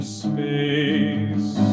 space